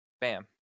Bam